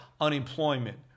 unemployment